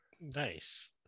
Nice